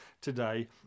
today